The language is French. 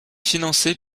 financé